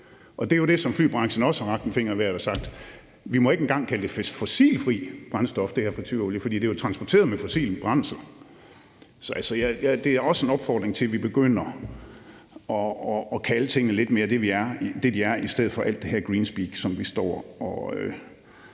Og det er jo også det, som flybranchen rakt fingeren i vejret i forhold til og sagt, at vi må ikke engang kalde det her fritureolie fossilfrit brændstof, for det er jo transporteret med fossilt brændstof. Altså, det her er også en opfordring til, at vi begynder at kalde tingene det, de er, i stedet for alt det her greenspeak, som vi står og